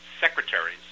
secretaries